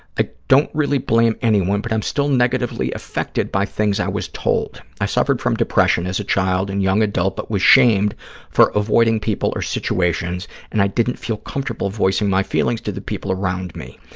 i don't really blame anyone, but i'm still negatively affected by things i was told. i suffered from depression as a child and young adult but was shamed for avoiding people or situations, and i didn't feel comfortable voicing my feelings to the people around me.